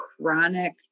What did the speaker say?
chronic